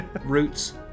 Roots